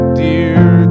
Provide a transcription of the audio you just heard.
dear